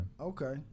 Okay